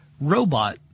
robot